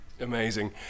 amazing